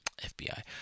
FBI